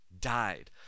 died